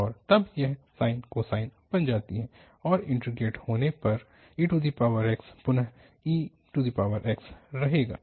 और तब यह साइन कोसाइन बन जाती है और इन्टीग्रेट होने पर ex पुन ex रहेगा